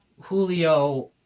Julio